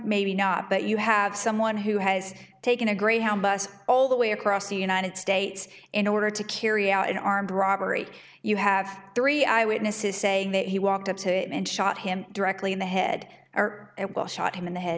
maybe not but you have someone who has taken a greyhound bus all the way across the united states in order to carry out an armed robbery you have three eyewitnesses saying that he walked up to him and shot him directly in the head are at will shot him in the